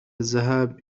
الذهاب